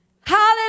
Hallelujah